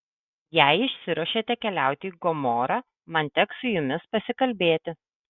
jei išsiruošėte keliauti į gomorą man teks su jumis pasikalbėti